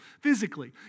physically